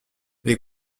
les